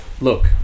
Look